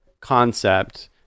concept